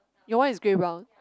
your one is grey brown